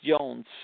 Jones